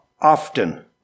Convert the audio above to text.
often